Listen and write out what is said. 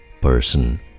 person